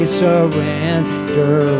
surrender